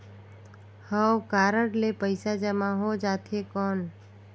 हव कारड ले पइसा जमा हो जाथे कौन?